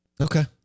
Okay